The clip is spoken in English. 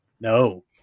no